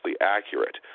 accurate